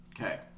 Okay